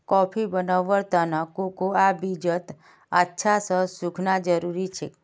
coffee बनव्वार त न कोकोआ बीजक अच्छा स सुखना जरूरी छेक